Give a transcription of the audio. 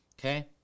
okay